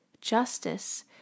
Justice